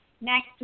next